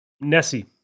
Nessie